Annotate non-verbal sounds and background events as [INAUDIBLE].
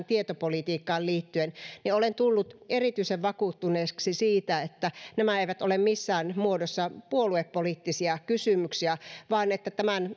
[UNINTELLIGIBLE] tietopolitiikkaan liittyen niin olen tullut erityisen vakuuttuneeksi siitä että nämä eivät ole missään muodossa puoluepoliittisia kysymyksiä vaan että tämän [UNINTELLIGIBLE]